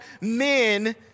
men